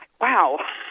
Wow